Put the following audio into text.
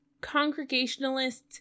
Congregationalists